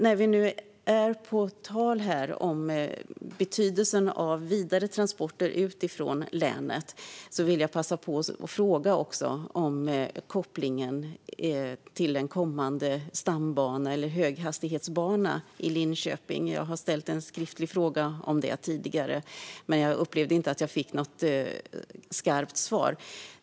När det nu är tal om betydelsen av vidare transporter ut från länet vill jag passa på att fråga om kopplingen till en kommande stambana eller höghastighetsbana i Linköping. Jag har ställt en skriftlig fråga om det tidigare, men jag upplevde inte att jag fick något skarpt svar.